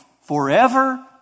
forever